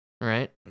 Right